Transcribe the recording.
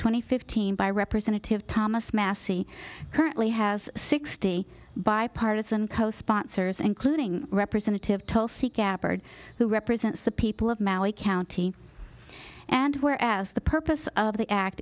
twenty fifteen by representative thomas massey currently has sixty bipartisan co sponsors including representative told seek apert who represents the people of maui county and where as the purpose of the act